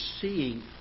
seeing